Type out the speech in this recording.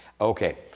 Okay